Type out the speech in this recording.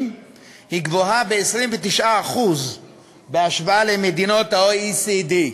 גבוהה ב-29% בהשוואה למדינות ה-OECD,